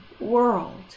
world